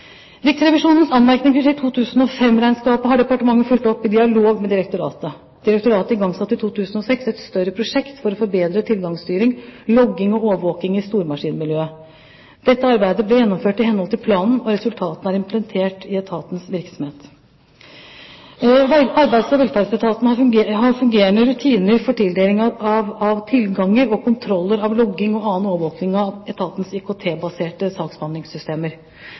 Riksrevisjonens anmerkninger til 2005-regnskapet har departementet fulgt opp i dialog med direktoratet. Direktoratet igangsatte i 2006 et større prosjekt for å forbedre tilgangsstyring, logging og overvåking i stormaskinmiljøet. Dette arbeidet ble gjennomført i henhold til planen, og resultatene er implementert i etatens virksomhet. Arbeids- og velferdsetaten har fungerende rutiner for tildeling av tilganger og kontroller av logging og annen overvåking av etatens IKT-baserte saksbehandlingssystemer.